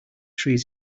trees